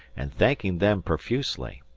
and thanking them profusely.